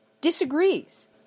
disagrees